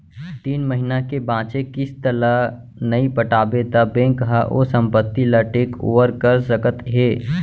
तीन महिना के बांचे किस्त ल नइ पटाबे त बेंक ह ओ संपत्ति ल टेक ओवर कर सकत हे